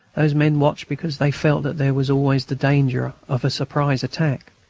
those men watched because they felt that there was always the danger of a surprise attack,